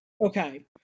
Okay